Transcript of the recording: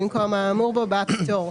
במקום האמור בו בא "פטור".